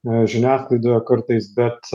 žiniasklaidoje kartais bet